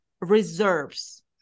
reserves